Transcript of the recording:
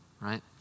Right